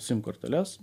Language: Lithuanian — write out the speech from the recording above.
sim korteles